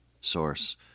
source